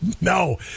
No